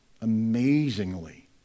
amazingly